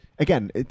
Again